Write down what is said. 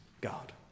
God